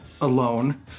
alone